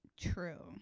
true